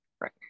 Right